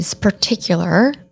particular